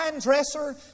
dresser